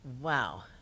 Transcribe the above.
Wow